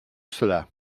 cela